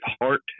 heart